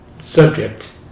subject